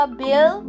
bill